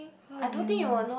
how do you know